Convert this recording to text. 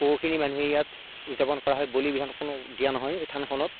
বহুখিনি মানুহেই ইয়াত উদযাপন কৰা হয় বলি বিধান কোনো দিয়া নহয় এই থানখনত